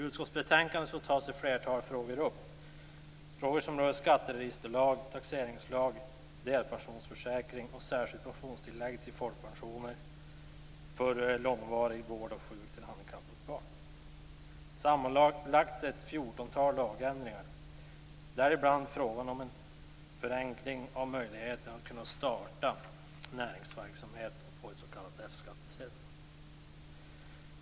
I utskottsbetänkandet tas ett flertal frågor upp. Det är frågor som rör skatteregisterlag, taxeringslag, delpensionsförsäkring och särskilt pensionstillägg till folkpensioner för långvarig vård av sjukt eller handikappat barn. Det är sammanlagt ett fjortontal lagändringar. Däribland finns frågan om en förenkling av möjligheten att starta näringsverksamhet och få en s.k.